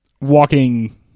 walking